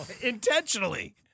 Intentionally